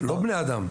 לא בני אדם.